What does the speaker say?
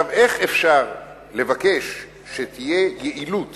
איך אפשר לבקש שתהיה יעילות